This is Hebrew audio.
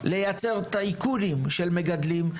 לייצר טייקונים של מגדלים,